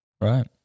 Right